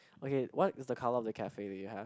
okay what is the colour of the cafe that you have